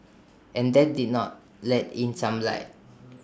and that did not let in some light